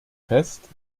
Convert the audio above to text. fest